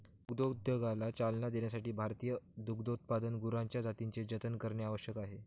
दुग्धोद्योगाला चालना देण्यासाठी भारतीय दुग्धोत्पादक गुरांच्या जातींचे जतन करणे आवश्यक आहे